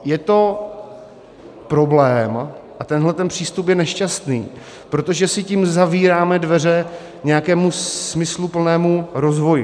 Je to problém a tenhle přístup je nešťastný, protože si tím zavíráme dveře nějakému smysluplnému rozvoji.